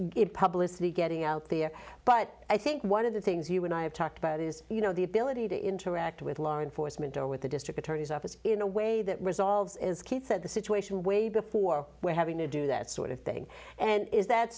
it publicly getting out there but i think one of the things you and i have talked about is you know the ability to interact with law enforcement or with the district attorney's office in a way that resolves as keith said the situation way before having to do that sort of thing and is that